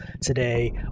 Today